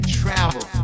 travel